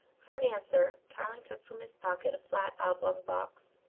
for answer, tarling took from his pocket a flat oblong box.